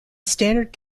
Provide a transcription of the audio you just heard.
standard